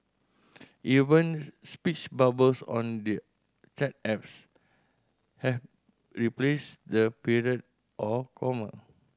even speech bubbles on the chat apps have replaced the period or comma